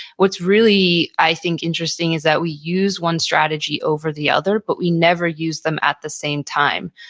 what's really, i think, interesting is that we use one strategy over the other, but we never use them at the same time.